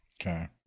Okay